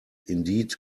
indeed